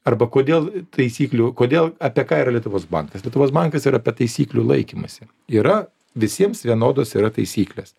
arba kodėl taisyklių kodėl apie ką yra lietuvos bankas lietuvos bankas yra apie taisyklių laikymąsi yra visiems vienodos yra taisyklės